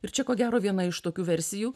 ir čia ko gero viena iš tokių versijų